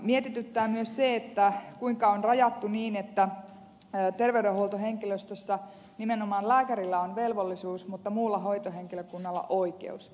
mietityttää myös se kuinka on rajattu niin että terveydenhuoltohenkilöstössä nimenomaan lääkärillä on velvollisuus mutta muulla hoitohenkilökunnalla oikeus